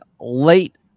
late